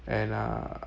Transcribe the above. and uh